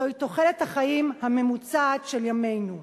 הוא תוחלת החיים הממוצעת של ימינו.